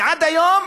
ועד היום